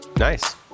Nice